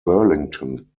burlington